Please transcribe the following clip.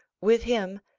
with him,